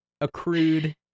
accrued